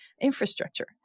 infrastructure